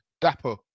Dapper